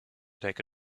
take